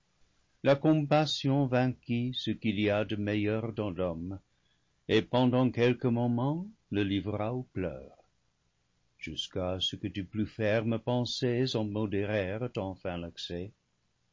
la compassion vainquit ce qu'il y a de meilleur dans l'homme et pendant quelques moments le livra aux pleurs jusqu'à ce que de plus fermes pensées en modérèrent enfin l'excès